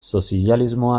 sozialismoa